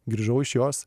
grįžau iš jos